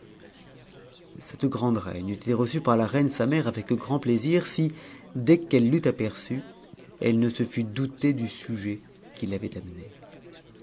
cette grande reine eût été reçue par la reine sa mère avec grand plaisir si dès qu'elle l'eut aperçue elle ne se fut doutée du sujet qui l'avait amenée